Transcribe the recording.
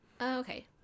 okay